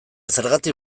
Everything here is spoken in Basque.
zergatik